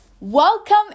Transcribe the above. welcome